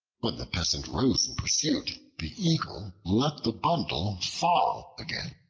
when the peasant rose in pursuit, the eagle let the bundle fall again.